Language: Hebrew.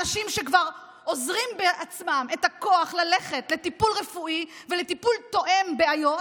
אנשים שכבר אוזרים בעצמם את הכוח ללכת לטיפול רפואי ולטיפול תואם בעיות,